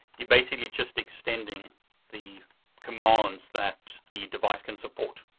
you're basically just extending the commands that the device can support.